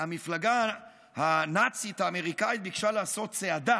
המפלגה הנאצית האמריקאית ביקשה לעשות צעדה